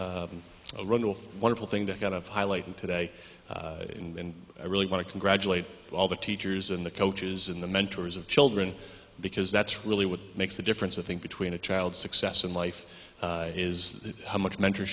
really run off wonderful thing to kind of highlighting today and i really want to congratulate all the teachers and the coaches and the mentors of children because that's really what makes a difference i think between a child's success in life is how much mentor